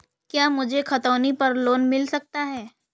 क्या मुझे खतौनी पर लोन मिल सकता है?